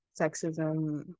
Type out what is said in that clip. sexism